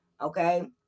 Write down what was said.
Okay